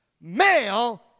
Male